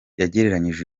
yagereranyije